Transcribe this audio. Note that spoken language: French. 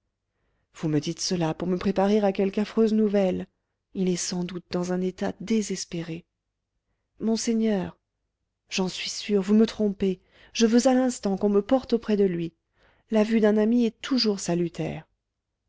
vous me dites cela pour me préparer à quelque affreuse nouvelle il est sans doute dans un état désespéré monseigneur j'en suis sûr vous me trompez je veux à l'instant qu'on me porte auprès de lui la vue d'un ami est toujours salutaire